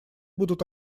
будут